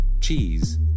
cheese